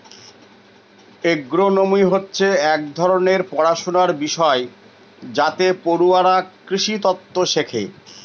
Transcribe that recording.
agronomy হচ্ছে এক ধরনের পড়াশনার বিষয় যাতে পড়ুয়ারা কৃষিতত্ত্ব শেখে